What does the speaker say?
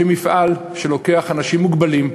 זה מפעל שלוקח אנשים מוגבלים,